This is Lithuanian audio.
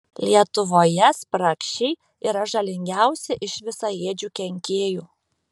lietuvoje spragšiai yra žalingiausi iš visaėdžių kenkėjų